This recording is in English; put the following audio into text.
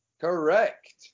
correct